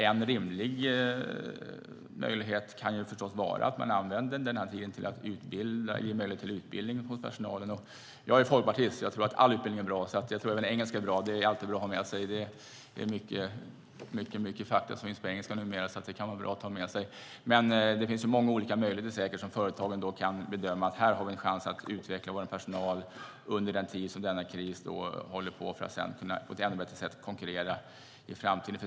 En rimlig möjlighet är förstås att den tiden används till att ge personalen utbildning. Jag är folkpartist, så jag tror att all utbildning är bra. Jag tror att även engelska är bra - det är alltid bra att ha med sig. Det är mycket fakta på engelska numera, så det kan vara bra att ha med sig. Det finns säkert många olika möjligheter för företagen att bedöma att de har en chans att utveckla sin personal under den tid som krisen pågår för att sedan på ett ännu bättre sätt kunna konkurrera i framtiden.